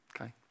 Okay